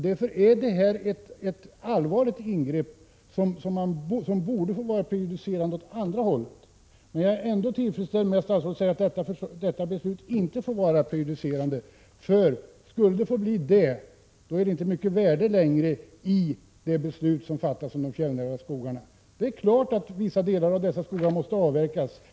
Därför är detta ett allvarligt ingrepp som borde få prejudicerande verkan åt andra hållet. Jag är ändå tillfreds med att statsrådet säger att detta beslut inte får vara prejudicerande — skulle det bli det vore det beslut som fattats om de fjällnära skogarna inte längre mycket värt. Det är klart att vissa delar av dessa skogar måste avverkas.